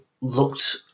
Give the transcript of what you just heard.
looked